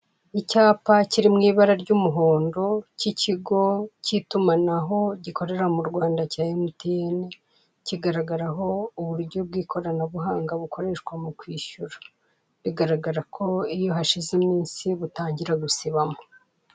Icyapa kiri mu ibara ry'umuhondo cy'ikigo cy'itumanaho gikorera m'u Rwanda cya emutiyeni cyigaragaraho uburyo bw'ikorana buhanga bukoreshwa mu kwishyura bigaragara ko iyo hashize iminsi butangira gusibama.